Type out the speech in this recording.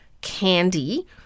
candy